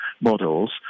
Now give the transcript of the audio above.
models